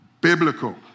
biblical